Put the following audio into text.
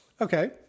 Okay